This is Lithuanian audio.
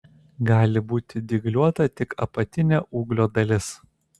gali būti dygliuota tik apatinė ūglio dalis